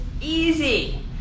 easy